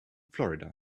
florida